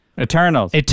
Eternals